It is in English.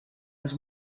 his